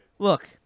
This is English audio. Look